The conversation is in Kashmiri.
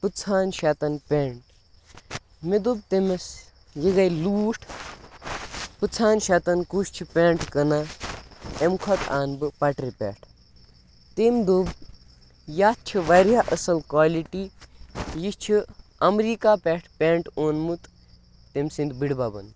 پٕژہن شَتَن پٮ۪نٛٹ مےٚ دوٚپ تٔمِس یہِ گٔے لوٗٹھ پٕژہن شَتَن کُس چھِ پٮ۪نٛٹ کٕنان اَمہِ کھۄتہٕ اَنہ بہٕ پَٹرِ پٮ۪ٹھ تٔمۍ دوٚپ یَتھ چھِ واریاہ اَصٕل کالِٹی یہِ چھِ اَمریٖکہ پٮ۪ٹھ پٮ۪نٛٹ اوٚنمُت تٔمۍ سٕنٛدۍ بٔڈِبَبَن